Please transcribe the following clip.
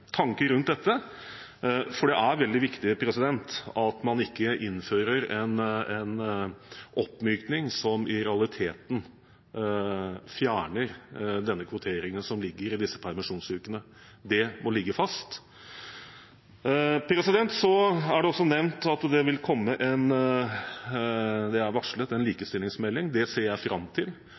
tanker rundt dette, for det er veldig viktig at man ikke innfører en oppmykning som i realiteten fjerner den kvoteringen som ligger i disse permisjonsukene. Det må ligge fast. Det er også nevnt at det er varslet en likestillingsmelding. Den ser jeg fram til.